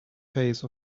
phase